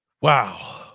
Wow